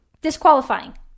Disqualifying